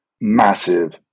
massive